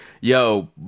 Yo